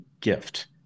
gift